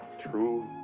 true? oh,